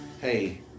Hey